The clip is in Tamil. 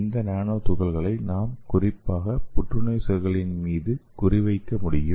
இந்த நானோ துகள்களை நாம் குறிப்பாக புற்றுநோய் செல்களின் மீது குறிவைக்க முடியும்